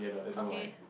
okay